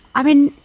i mean,